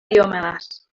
diomedes